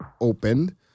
opened